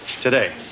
today